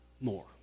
more